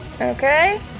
Okay